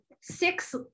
six